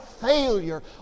failure